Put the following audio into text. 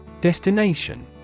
destination